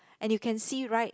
and you can see right